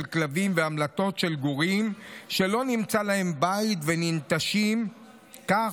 כלבים והמלטות של גורים שלא נמצא להם בית וננטשים כך,